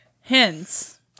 Hence